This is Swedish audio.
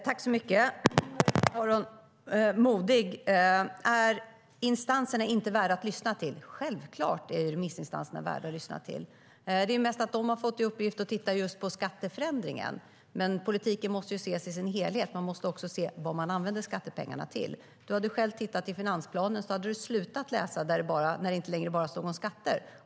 Fru talman! Aron Modig frågar om instanserna inte är värda att lyssna till. Självklart är remissinstanserna värda att lyssna till. Det handlar mest om att de har fått i uppgift att titta just på skatteförändringen. Men politiken måste ses i sin helhet; man måste också se vad skattepengarna används till. Du hade själv tittat i finansplanen, Aron Modig, men slutat läsa när det inte längre bara handlade om skatter.